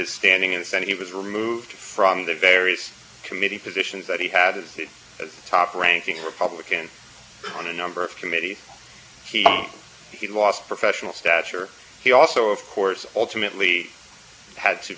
committee positions that he had as a top ranking republican on a number of committee he lost professional stature he also of course ultimately had to to retire and opted not to run again for the two